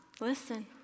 listen